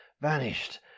Vanished